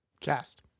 Cast